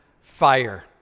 fire